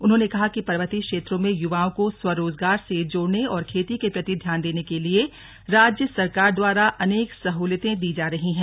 उन्होंने कहा कि पर्वतीय क्षेत्रों में युवाओं को स्वरोजगार से जोड़ने और खेती के प्रति ध्यान देने के लिये राज्य सरकार द्वारा अनेक सहूलियतें दी जा रही हैं